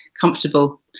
comfortable